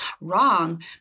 wrong